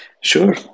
Sure